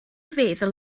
feddwl